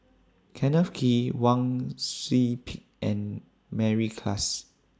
Kenneth Kee Wang Sui Pick and Mary Klass